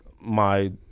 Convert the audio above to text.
my-